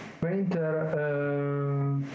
Painter